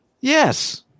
Yes